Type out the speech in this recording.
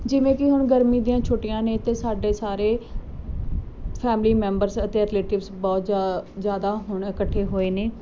ਜਿਵੇਂ ਕਿ ਹੁਣ ਗਰਮੀ ਦੀਆਂ ਛੁੱਟੀਆਂ ਨੇ ਅਤੇ ਸਾਡੇ ਸਾਰੇ ਫੈਮਿਲੀ ਮੈਂਬਰਸ ਅਤੇ ਰਿਲੇਟਿਵਸ ਬਹੁਤ ਜ ਜ਼ਿਆਦਾ ਹੁਣ ਇਕੱਠੇ ਹੋਏ ਨੇ